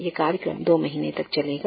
यह कार्यक्रम दो महीने तक चलेगा